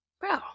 Bro